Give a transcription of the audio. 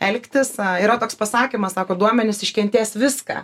elgtis a yra toks pasakymas sako duomenys iškentės viską